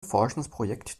forschungsprojekt